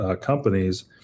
companies